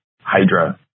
Hydra